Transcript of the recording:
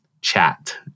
chat